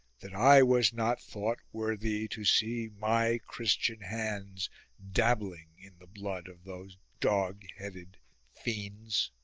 that i was not thought worthy to see my christian hands dabbling in the blood of those dog-headed fiends.